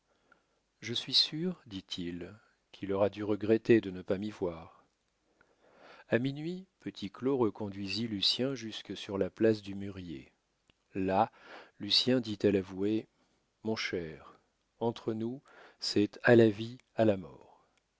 je suis sûr dit-il qu'il aura dû regretter de ne pas m'y voir a minuit petit claud reconduisit lucien jusque sur la place du mûrier là lucien dit à l'avoué mon cher entre nous c'est à la vie à la mort